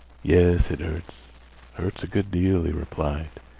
yes, it hurts hurts a good deal, he replied.